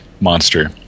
monster